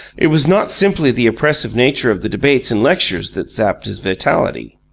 it was not simply the oppressive nature of the debates and lectures that sapped his vitality.